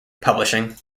publishing